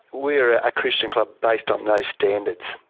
we're a christian club based on those standards.